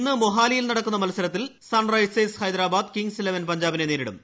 ഇന്ന് മൊഹാലിയിൽ നടക്കുന്ന മത്സരത്തിൽ Sunrisers Hyderabad Kings Eleven പഞ്ചാബിനെ നേരിടും